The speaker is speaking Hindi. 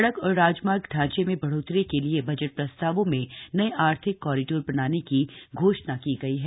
सड़क और राजमार्ग ढ़ांचे में बढ़ोतरी के लिए बजट प्रस्तावों में नये आर्थिक कॉरीडोर बनाने की घोषणा की गई है